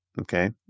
Okay